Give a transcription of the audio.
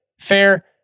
Fair